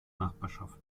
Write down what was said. nachbarschaft